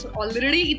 already